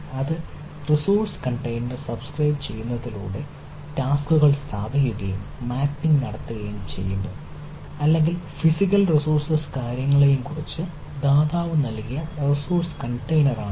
അത് resource container subscribe ചെയ്യുന്നതിലൂടെ ടാസ്ക്കുകൾ സ്ഥാപിക്കുകയും മാപ്പിംഗ് നടത്തുകയും ചെയ്യുന്നു അല്ലെങ്കിൽ ഫിസിക്കൽ റിസോഴ്സസ് കാര്യങ്ങളെയും കുറിച്ച് ദാതാവ് നൽകിയ റിസോഴ്സ് കണ്ടെയ്നർ ആണിത്